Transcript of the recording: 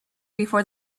before